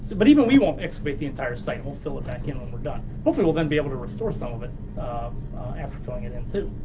but even we won't excavate the entire site. we'll fill it back you know we're done. hopefully we'll then be able to restore some of it after filling it in, too.